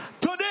Today